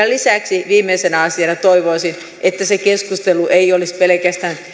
lisäksi viimeisenä asiana toivoisin että se keskustelu ei olisi pelkästään